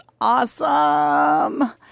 awesome